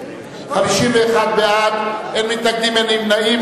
51 בעד, אין מתנגדים, אין נמנעים.